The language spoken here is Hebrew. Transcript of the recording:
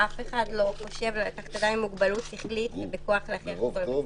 אף אחד לא חושב בכוח לקחת אדם עם מוגבלות